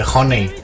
Honey